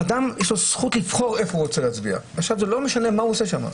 לאדם יש זכות לבחור איפה הוא רוצה להצביע וזה לא משנה מה הוא עושה שם.